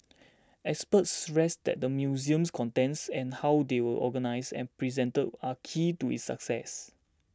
experts stressed that the museum's contents and how they are organised and presented are key to its success